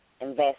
invest